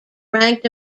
ranked